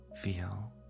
feel